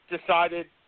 decided